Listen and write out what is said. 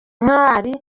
intwari